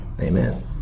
Amen